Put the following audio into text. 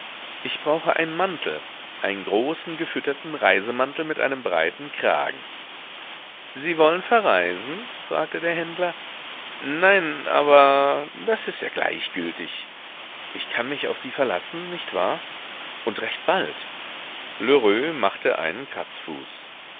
ich brauche einen mantel einen großen gefütterten reisemantel mit einem breiten kragen sie wollen verreisen fragte der händler nein aber das ist ja gleichgültig ich kann mich auf sie verlassen nicht wahr und recht bald lheureux machte einen kratzfuß